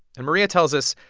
and maria tells us,